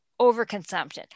overconsumption